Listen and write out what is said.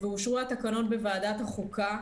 ואושרו התקנות בוועדת החוקה,